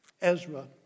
Ezra